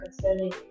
concerning